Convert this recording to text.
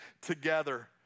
together